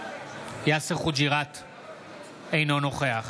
אינו נוכח